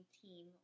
team